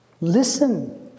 Listen